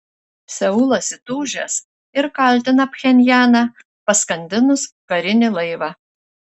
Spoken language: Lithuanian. seulas įtūžęs ir kaltina pchenjaną paskandinus karinį laivą